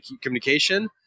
communication